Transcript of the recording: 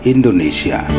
Indonesia